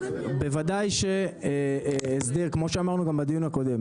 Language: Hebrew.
בוודאי שהסדר כמו שאמרנו גם בדיון הקודם,